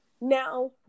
Now